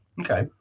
Okay